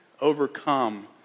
overcome